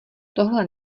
tohle